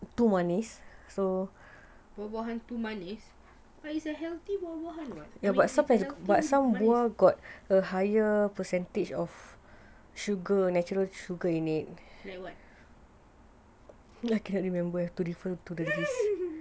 buah-buahan too manis but it's a healthy [what] like what